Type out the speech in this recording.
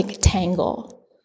tangle